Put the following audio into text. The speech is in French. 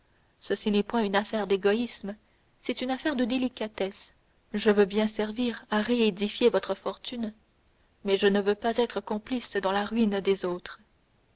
ceci n'est point une affaire d'égoïsme c'est une affaire de délicatesse je veux bien servir à réédifier votre fortune mais je ne veux pas être votre complice dans la ruine des autres